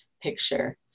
picture